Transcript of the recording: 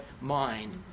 mind